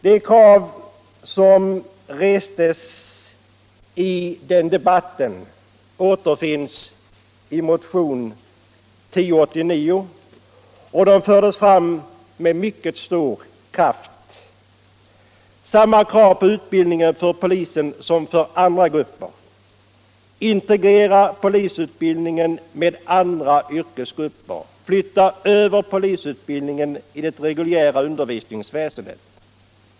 De krav som restes i den debatten återfinns i motionen 1089, och de fördes fram med mycket stor kraft: samma krav på utbildning för poliser som för andra grupper, integrering av polisutbildningen med andra yrkesgrupper, överflyttning av polisutbildningen till det reguljära undervisningsväsendet.